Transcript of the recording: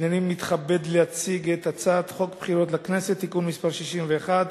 הנני מתכבד להציג את הצעת חוק הבחירות לכנסת (תיקון מס' 61)